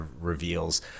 reveals